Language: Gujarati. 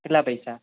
કેટલા પૈસા